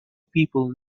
people